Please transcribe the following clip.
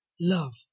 love